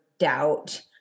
doubt